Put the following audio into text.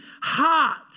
heart